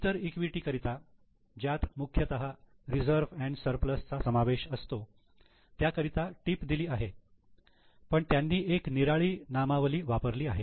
इतर इक्विटी करिता ज्यात मुख्यतः रिझर्वस अँड सरप्लस चा समावेश असतो त्याकरिता टिप दिली आहे पण त्यांनी एक निराळी नामावली वापरली आहे